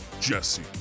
Jesse